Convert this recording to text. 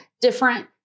different